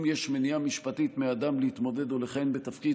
אם יש מניעה משפטית מאדם להתמודד או לכהן בתפקיד,